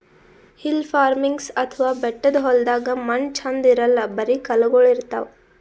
hill farming ಅಥವಾ ಬೆಟ್ಟದ್ ಹೊಲ್ದಾಗ ಮಣ್ಣ್ ಛಂದ್ ಇರಲ್ಲ್ ಬರಿ ಕಲ್ಲಗೋಳ್ ಇರ್ತವ್